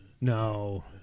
No